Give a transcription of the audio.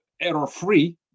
error-free